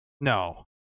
No